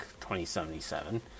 2077